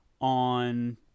on